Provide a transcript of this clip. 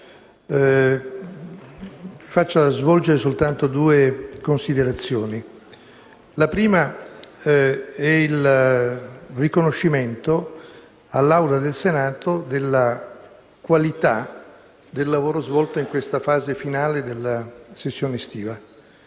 di svolgere soltanto due considerazioni. La prima è il riconoscimento all'Assemblea del Senato della qualità del lavoro svolto in questa fase finale della sessione estiva.